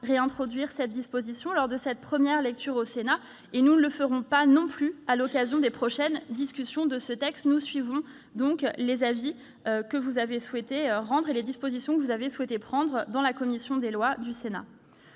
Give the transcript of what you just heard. réintroduire cette disposition lors de la première lecture au Sénat, et nous ne le ferons pas non plus à l'occasion des prochaines discussions de ce texte. Nous suivons donc les avis que vous avez souhaité rendre et les dispositions que vous avez souhaité prendre en commission des lois du Sénat.